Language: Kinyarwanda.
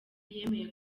yemeye